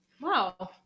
wow